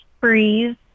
breathe